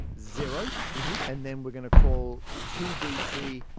zero and then we're going to call two b c.